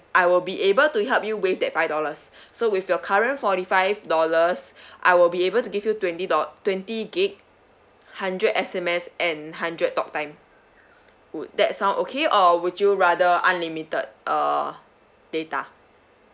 I will be able to help you with that five dollars so with your current forty five dollars I will be able to give you twenty do~ twenty gig hundred S_M_S and hundred talk time would that sound okay or would you rather unlimited uh data